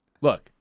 Look